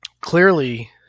clearly